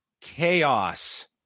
chaos